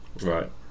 right